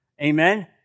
Amen